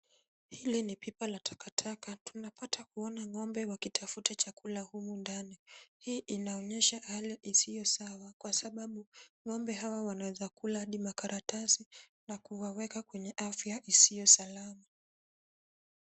Hili ni pipa la takataka. Tunapata kuona ng'ombe wakitafuta chakula humu ndani. Hii inaonyesha hali isiyo sawa kwa sababu ng'ombe hawa wanaeza kula hadi karatasi na kuwaweka kwenye afya isiyo salama.